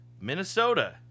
Minnesota